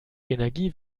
energie